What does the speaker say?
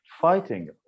fighting